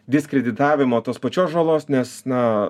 diskreditavimo tos pačios žalos nes na